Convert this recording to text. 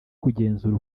kugenzura